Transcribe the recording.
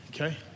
Okay